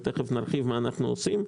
ותיכף נרחיב מה אנחנו עושים,